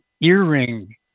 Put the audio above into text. earring